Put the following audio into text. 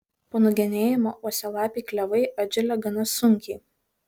po nugenėjimo uosialapiai klevai atželia gana sunkiai